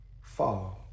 fall